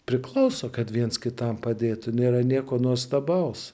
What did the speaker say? priklauso kad viens kitam padėtų nėra nieko nuostabaus